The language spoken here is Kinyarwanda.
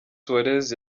suarez